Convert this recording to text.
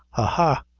ah, ha!